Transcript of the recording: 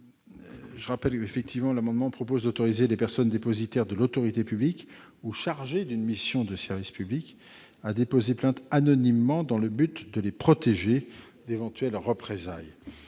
de la commission ? Cet amendement prévoit d'autoriser les personnes dépositaires de l'autorité publique ou chargées d'une mission de service public à déposer plainte anonymement, dans le but de les protéger d'éventuelles représailles.